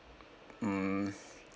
mm